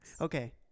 Okay